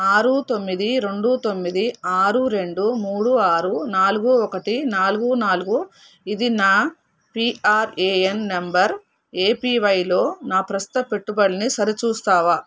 ఆరు తొమ్మిది రెండు తొమ్మిది ఆరు రెండు మూడు ఆరు నాలుగు ఒకటి నాలుగు నాలుగు ఇది నా పిఆర్ఏఎన్ నంబరు ఏపివైలో నా ప్రస్తుత పెట్టుబడులని సరిచూస్తావా